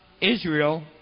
Israel